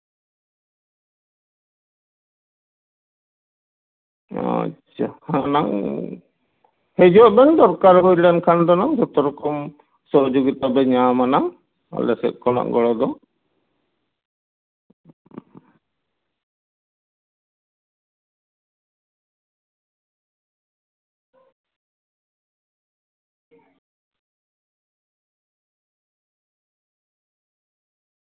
ᱟᱪᱪᱷᱟ ᱦᱮᱸ ᱚᱱᱟᱝ ᱦᱤᱡᱩᱜ ᱵᱮᱱ ᱫᱚᱨᱠᱟᱨ ᱦᱩᱭ ᱞᱮᱱᱠᱷᱟᱱ ᱡᱷᱚᱛᱚ ᱨᱚᱠᱚᱢ ᱥᱩᱵᱤᱫᱟ ᱜᱮᱵᱮᱱ ᱧᱟᱢᱟᱱᱟᱝ ᱟᱞᱮ ᱥᱮᱫ ᱠᱷᱚᱱᱟᱝ ᱜᱚᱲᱚ ᱫᱚ